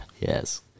Yes